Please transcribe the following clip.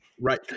Right